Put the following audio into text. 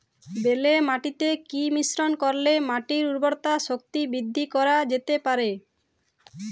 বেলে মাটিতে কি মিশ্রণ করিলে মাটির উর্বরতা শক্তি বৃদ্ধি করা যেতে পারে?